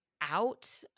out